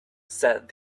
said